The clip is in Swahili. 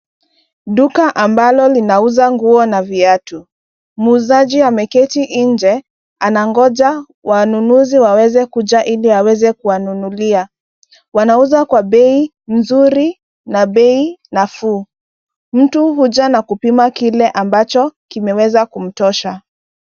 Duka ambalo linauza nguo na viatu, muuzaji ameketi nje, anangoja wanunuzi waweze kuja ili aweze kuwanunulia. Wanauza kwa bei nzuri na bei nafuu. Mtu huja na kupima kile ambacho kimeweza kumtosha.